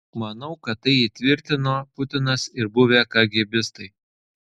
manau kad tai įtvirtino putinas ir buvę kagėbistai